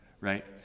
right